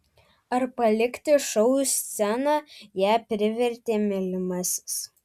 ar palikti šou sceną ją privertė mylimasis